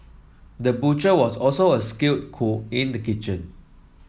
the butcher was also a skilled cook in the kitchen